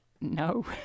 no